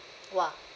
!wah!